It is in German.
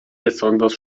besonders